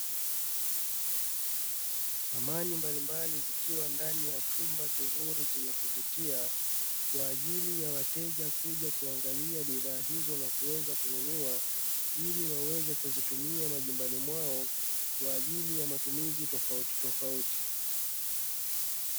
Samani mbalimbali zikiwa ndani ya chumba kizuri chenye kuvutia, kwa ajili ya wateja kuja kuangalia bidhaa hizo na kuweza kununua, ili waweze kuzitumia majumbani mwao kwa ajili ya matumizi tofautitofauti.